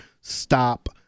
stop